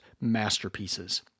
masterpieces